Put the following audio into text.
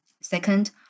Second